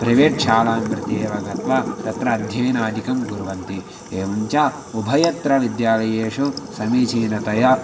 private शालां प्रति एव गत्वा तत्र अध्ययनादिकं कुर्वन्ति एवं च उभयत्र विद्यालयेषु समीचीनतया